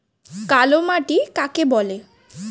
কালোমাটি কাকে বলে?